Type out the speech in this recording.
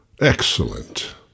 Excellent